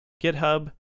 GitHub